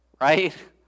Right